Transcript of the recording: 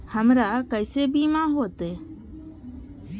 हमरा केसे बीमा होते?